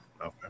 Okay